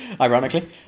Ironically